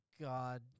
God